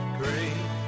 great